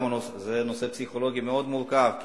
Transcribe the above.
זה נושא פסיכולוגי מאוד מורכב,